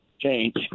change